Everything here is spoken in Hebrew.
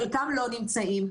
חלקם לא נמצאים,